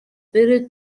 بره